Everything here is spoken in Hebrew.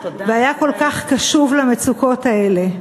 והיה כל כך קשוב למצוקות האלה.